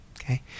Okay